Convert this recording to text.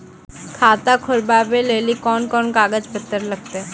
खाता खोलबाबय लेली कोंन कोंन कागज पत्तर लगतै?